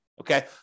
Okay